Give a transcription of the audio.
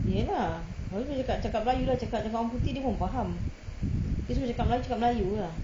iya lah abeh cakap cakap melayu lah cakap cakap orang putih dia bukan faham dia suruh cakap melayu cakap melayu lah